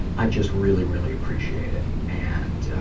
and i just really, really appreciate it. and,